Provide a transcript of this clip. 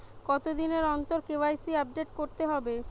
কতদিন অন্তর KYC update করতে হবে?